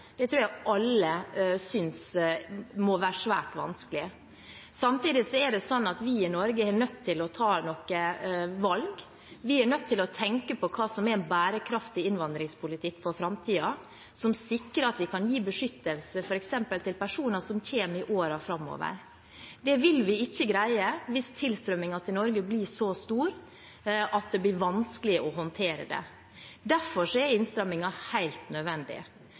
tror jeg alle synes må være svært vanskelig. Samtidig er det slik at vi i Norge er nødt til å ta noen valg. Vi er nødt til å tenke på hva som er bærekraftig innvandringspolitikk for framtiden, som sikrer at vi kan gi beskyttelse f.eks. til personer som kommer i årene framover. Det vil vi ikke greie hvis tilstrømmingen til Norge blir så stor at det blir vanskelig å håndtere den. Derfor er innstrammingen helt nødvendig.